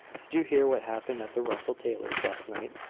did you hear what happened at the russell taylors' last night?